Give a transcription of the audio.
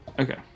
Okay